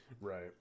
Right